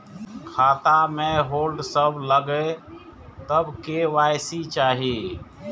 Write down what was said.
खाता में होल्ड सब लगे तब के.वाई.सी चाहि?